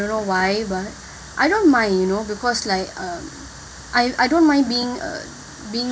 don't know why but I don't mind you know because like um I I don't mind being being uh being